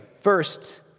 First